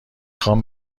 خوام